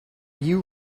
you